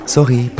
Sorry